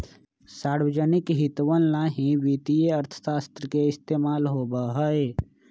सार्वजनिक हितवन ला ही वित्तीय अर्थशास्त्र के इस्तेमाल होबा हई